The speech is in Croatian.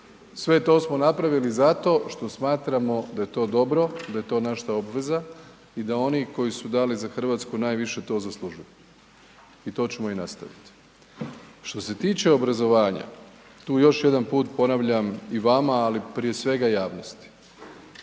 Sve to smo napravili zato što smatramo da je to dobro, da je to naša obveza i da oni koji su dali za RH najviše to zaslužuju i to ćemo i nastavit. Što se tiče obrazovanja, tu još jedan put ponavljam i vama, ali prije svega javnosti,